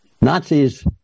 Nazis